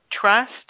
Trust